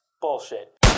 Bullshit